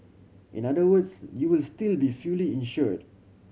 in other words you will still be fully insured